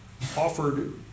offered